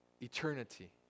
Eternity